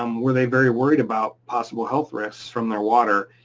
um were they very worried about possible health risks from their water,